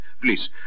Please